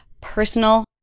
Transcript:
personal